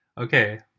Okay